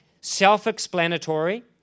self-explanatory